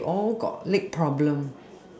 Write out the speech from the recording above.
and they all got leg problems